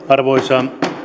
arvoisa